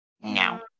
No